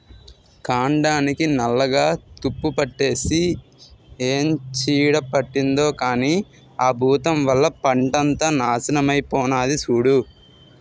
కాండానికి నల్లగా తుప్పుపట్టేసి ఏం చీడ పట్టిందో కానీ ఆ బూతం వల్ల పంటంతా నాశనమై పోనాది సూడూ